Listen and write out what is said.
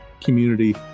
community